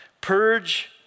purge